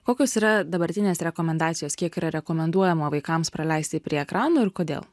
kokios yra dabartinės rekomendacijos kiek yra rekomenduojama vaikams praleisti prie ekranų ir kodėl